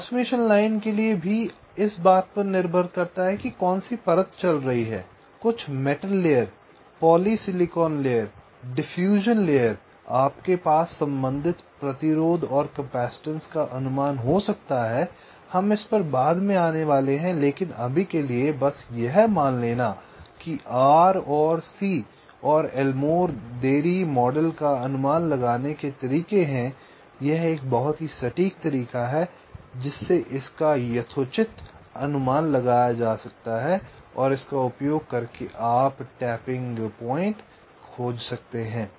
transmission line के लिए भी इस बात पर निर्भर करता है कि कौन सी परत चल रही है कुछ metal layer polysilicon layer diffusion layer आपके पास संबंधित प्रतिरोध और कैपेसिटेंस का अनुमान हो सकता है हम इस पर बाद में आने वाले हैं लेकिन अभी के लिए बस यह मान लेना है कि R और C और एलमोर देरी मॉडल का अनुमान लगाने के तरीके हैं यह एक बहुत ही सटीक तरीका है जिससे इसका यथोचित अनुमान लगाया जा सकता है और इसका उपयोग करके आप टैपिंग पॉइंट खोज सकते हैं